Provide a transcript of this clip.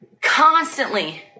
constantly